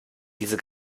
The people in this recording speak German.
diese